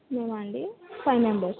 మేమా అండి five members